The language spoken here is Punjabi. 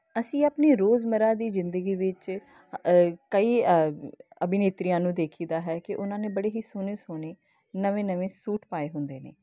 ਅਸੀਂ ਆਪਣੀ ਰੋਜ਼ਮਰਾ ਦੀ ਜ਼ਿੰਦਗੀ ਵਿੱਚ ਕਈ ਅਭਿਨੇਤਰੀਆਂ ਨੂੰ ਦੇਖੀਦਾ ਹੈ ਕਿ ਉਹਨਾਂ ਨੇ ਬੜੇ ਹੀ ਸੋਹਣੇ ਸੋਹਣੇ ਨਵੇਂ ਨਵੇਂ ਸੂਟ ਪਾਏ ਹੁੰਦੇ ਨੇ